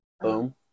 Boom